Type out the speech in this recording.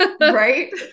right